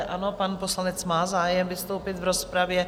Ano, pan poslanec má zájem vystoupit v rozpravě.